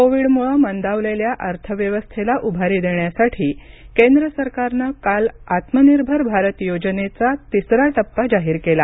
कोविडमुळे मंदावलेल्या अर्थव्यवस्थेला उभारी देण्यासाठी केंद्र सरकारनं काल आत्मनिर्भर भारत योजनेचा तिसरा टप्पा जाहीर केला